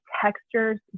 textures